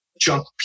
junk